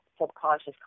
subconscious